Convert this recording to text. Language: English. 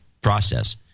process